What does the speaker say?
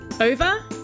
Over